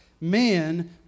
man